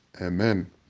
Amen